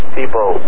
people